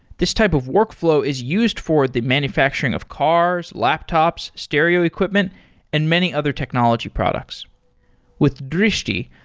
this type of workflow is used for the manufacturing of cars, laptops, stereo equipment and many other technology products with drishti,